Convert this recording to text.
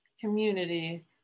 community